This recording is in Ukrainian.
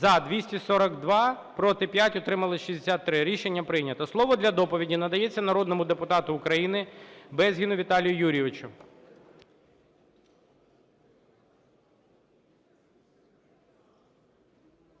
За-242 Проти – 5, утрималися – 63. Рішення прийнято. Слово для доповіді надається народному депутату України Безгіну Віталію Юрійовичу.